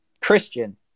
Christian